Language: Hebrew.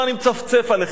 הוא אמר: אני מצפצף עליכם.